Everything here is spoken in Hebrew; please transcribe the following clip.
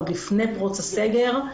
עוד לפני פרוץ הסגר,